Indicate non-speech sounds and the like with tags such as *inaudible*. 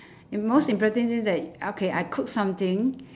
*breath* the most impressive thing's that okay I cook something